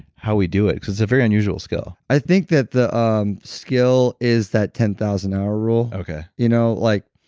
how we do it. because it's a very unusual skill i think that the um skill is that ten thousand hour rule. i you know like